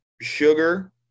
sugar